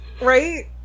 Right